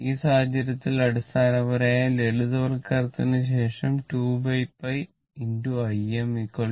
ഈ സാഹചര്യത്തിൽ അടിസ്ഥാനപരമായി ലളിതവൽക്കരണത്തിന് ശേഷം 2 𝝿 Im 0